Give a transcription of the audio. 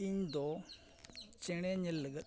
ᱤᱧ ᱫᱚ ᱪᱮᱬᱮ ᱧᱮᱞ ᱞᱟᱹᱜᱤᱫ